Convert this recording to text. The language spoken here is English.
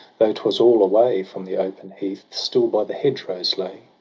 though twas all away from the open heath, still by the hedgerows lay,